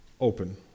open